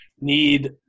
need